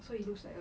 so it looks like a